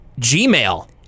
Gmail